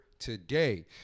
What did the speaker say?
today